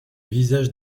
visage